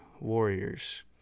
warriors